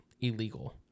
illegal